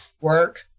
work